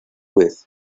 vez